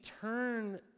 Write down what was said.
turn